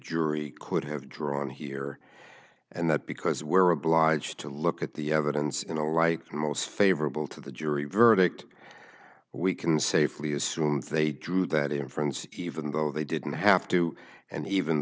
jury could have drawn here and that because we're obliged to look at the evidence in the right most favorable to the jury verdict we can safely assume they drew that inference even though they didn't have to and even